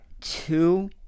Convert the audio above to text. two